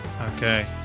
Okay